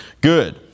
good